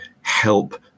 help